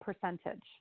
percentage